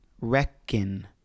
reckon